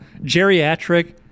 geriatric